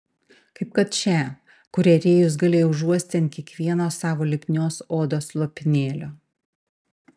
kaip kad šią kurią rėjus galėjo užuosti ant kiekvieno savo lipnios odos lopinėlio